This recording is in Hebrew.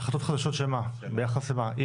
החלטות חדשות ביחס למה?